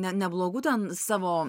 ne neblogų ten savo